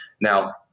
Now